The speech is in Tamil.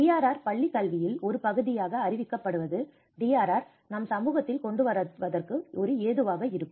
DRR பள்ளி கல்வியில் ஒரு பகுதியாக அறிவிக்கப்படுவது DRR நம் சமூகத்தில் கொண்டு வருவதற்கு ஒரு ஏதுவாக இருக்கும்